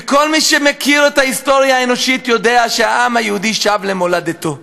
וכל מי שמכיר את ההיסטוריה האנושית יודע שהעם היהודי שב למולדתו.